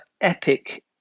epic